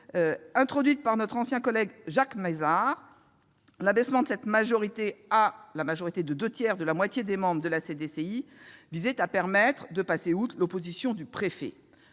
Introduit par notre ancien collègue Jacques Mézard, l'abaissement de la majorité des deux tiers à la moitié des membres de la CDCI visait à permettre de passer outre l'opposition du préfet.